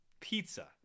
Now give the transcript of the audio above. pizza